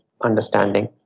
understanding